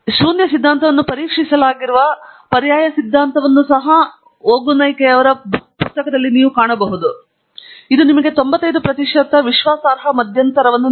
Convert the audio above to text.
ಇದು ಶೂನ್ಯ ಸಿದ್ಧಾಂತವನ್ನು ಪರೀಕ್ಷಿಸಲಾಗಿರುವ ಪರ್ಯಾಯ ಸಿದ್ಧಾಂತವನ್ನು ಸಹ ಹೇಳುತ್ತಿದೆ ಮತ್ತು ಇದು ನಿಮಗೆ 95 ಪ್ರತಿಶತ ವಿಶ್ವಾಸಾರ್ಹ ಮಧ್ಯಂತರವನ್ನು ನೀಡುತ್ತದೆ